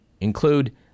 include